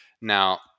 Now